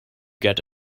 get